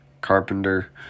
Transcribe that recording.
Carpenter